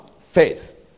faith